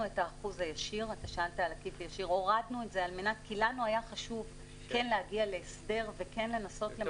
את האחוז הישיר כי לנו היה חשוב להגיע להסדר ולנסות למצות אותו.